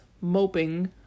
moping